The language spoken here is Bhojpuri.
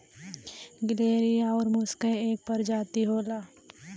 गिलहरी आउर मुस क एक परजाती होला